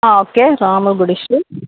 okay Ramu గుడి street